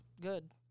Good